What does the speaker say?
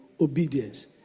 obedience